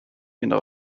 inner